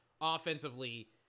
offensively